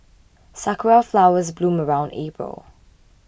sakura flowers bloom around April